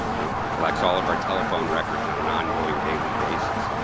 it collects all of our telephone records on an ongoing daily basis.